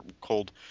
cold